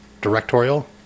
directorial